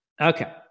Okay